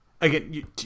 again